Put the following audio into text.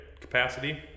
capacity